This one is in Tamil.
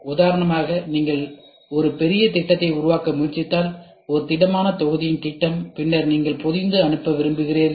உதாரணமாக நீங்கள் ஒரு பெரிய திட்டத்தை உருவாக்க முயற்சித்தால்ஒரு திடமான தொகுதியின் திட்டம் பின்னர் நீங்கள் பொதிந்து அனுப்ப விரும்புகிறீர்கள்